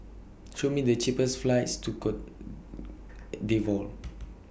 Show Me The cheapest flights to Cote D'Ivoire